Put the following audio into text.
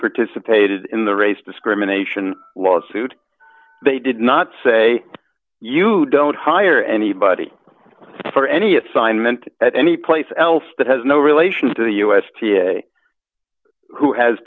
participated in the race discrimination lawsuit they did not say you don't hire anybody for any assignment at any place else that has no relation to the u s who has